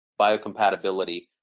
biocompatibility